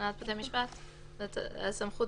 הסמכות